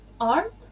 art